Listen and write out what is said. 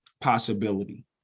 possibility